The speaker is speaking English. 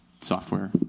software